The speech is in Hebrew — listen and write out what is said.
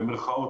במירכאות.